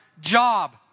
job